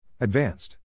Advanced